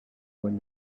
when